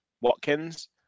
Watkins